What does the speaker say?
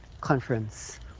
conference